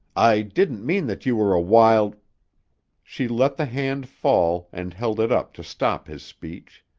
i didn't mean that you were a wild she let the hand fall and held it up to stop his speech.